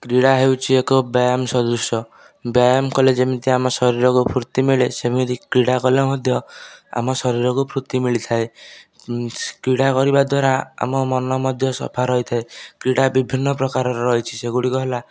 କ୍ରୀଡ଼ା ହେଉଛି ଏକ ବ୍ୟାୟାମ ସଦୃଶ ବ୍ୟାୟାମ କଲେ ଯେମିତି ଆମ ଶରୀରକୁ ଫୁର୍ତ୍ତି ମିଳେ ସେମିତି କ୍ରୀଡ଼ା କଲେ ମଧ୍ୟ ଆମ ଶରୀର କୁ ଫୁର୍ତ୍ତି ମିଳିଥାଏ କ୍ରୀଡ଼ା କରିବା ଦ୍ୱାରା ଆମ ମନ ମଧ୍ୟ ସଫା ରହିଥାଏ କ୍ରୀଡ଼ା ବିଭିନ୍ନ ପ୍ରକାର ର ରହିଛି ସେଗୁଡ଼ିକ ହେଲା